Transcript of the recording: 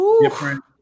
different